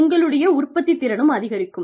உங்களுடைய உற்பத்தித்திறனும் அதிகரிக்கும்